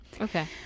okay